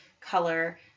color